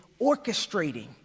orchestrating